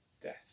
death